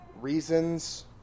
reasons